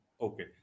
Okay